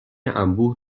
انبوه